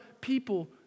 people